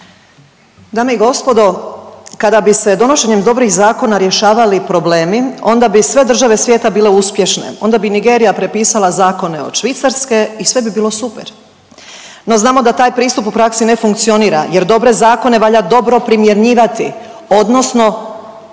Dame i gospodo kada bi se donošenjem dobrih zakona rješavali problemi onda bi sve države svijeta bile uspješne, onda bi Nigerija prepisala zakone od Švicarske i sve bi bilo super, no znamo da taj pristup u praksi ne funkcionira jer dobre zakone valja dobro primjenjivati odnosno